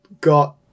got